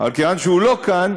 אבל כיוון שהוא לא כאן,